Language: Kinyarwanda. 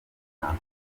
nitanu